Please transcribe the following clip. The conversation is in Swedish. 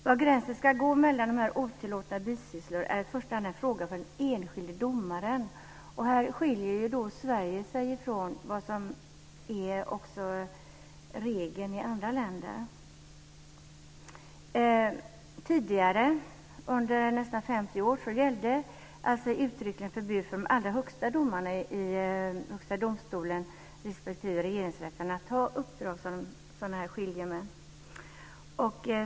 Var gränsen ska gå mellan tillåtna och otillåtna bisysslor är i första hand en fråga för den enskilde domaren. Här skiljer Sverige sig från vad som är regel i andra länder. Tidigare, under nästan 50 år, gällde uttryckligen förbud för de allra högsta domarna, i Högsta domstolen respektive Regeringsrätten, att ha uppdrag som skiljemän.